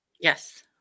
Yes